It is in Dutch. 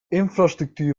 infrastructuur